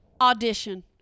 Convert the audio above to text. audition